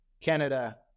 canada